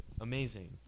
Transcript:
Amazing